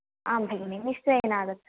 आम् भगिनी निश्चयेन आगच्छामि